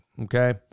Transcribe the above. Okay